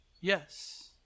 Yes